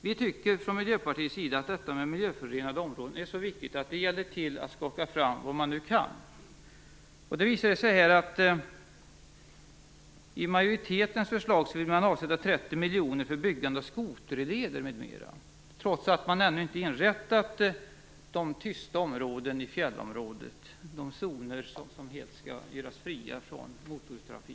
Vi tycker från Miljöpartiets sida att detta med miljöförorenade områden är så viktigt att det gäller att skaka fram pengar, om man nu kan. I majoritetens förslag vill man avsätta 30 miljoner för byggande av skoterleder m.m., trots att man ännu inte har inrättat tysta områden i fjällområdet, de zoner som skall göras fria från motortrafik.